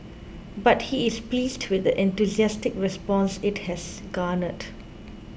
but he is pleased with the enthusiastic response it has garnered